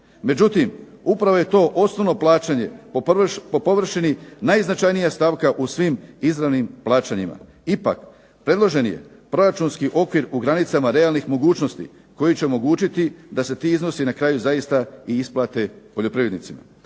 Međutim, upravo je to osnovno plaćanje po površini najznačajnija stavka u svim izravnim plaćanima. Ipak, predloženi je proračunski okvir u granicama realnih mogućnosti koji će omogućiti da se ti iznosi na kraju zaista i isplate poljoprivrednicima.